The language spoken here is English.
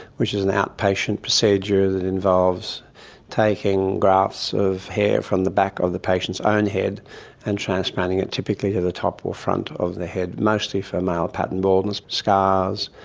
which is an outpatient procedure that involves taking grafts of hair from the back of the patient's own head and transplanting it typically to the top or front of the head, mostly for male pattern baldness, but